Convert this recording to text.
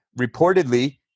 reportedly